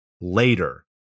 later